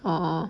orh orh